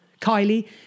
Kylie